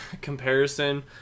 comparison